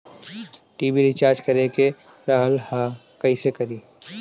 TV recharge करे के रहल ह कइसे करी?